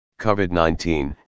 COVID-19